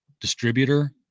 distributor